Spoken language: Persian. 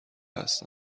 هستن